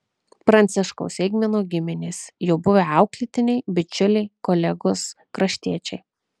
pranciškaus eigmino giminės jo buvę auklėtiniai bičiuliai kolegos kraštiečiai